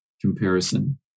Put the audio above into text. comparison